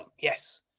Yes